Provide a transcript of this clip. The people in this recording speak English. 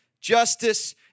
justice